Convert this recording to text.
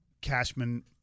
Cashman